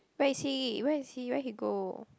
where is he where is he where he go